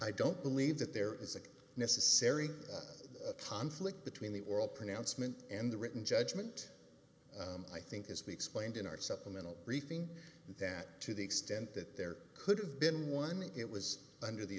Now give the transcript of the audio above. i don't believe that there is a necessary conflict between the oral pronouncement and the written judgment i think as we explained in our supplemental briefing that to the extent that there could have been one it was under the